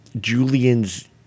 Julian's